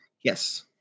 yes